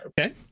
Okay